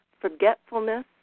forgetfulness